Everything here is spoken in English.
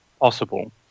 possible